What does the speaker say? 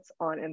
on